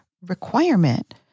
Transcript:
requirement